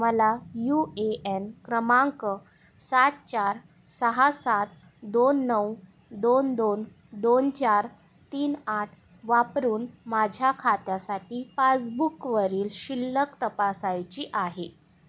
मला U A N क्रमांक सात चार सहा सात दोन नऊ दोन दोन दोन चार तीन आठ वापरून माझ्या खात्यासाठी पासबुकवरील शिल्लक तपासायची आहे